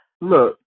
Look